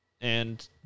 and-